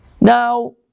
Now